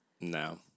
No